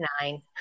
nine